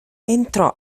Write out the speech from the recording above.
entrò